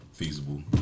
feasible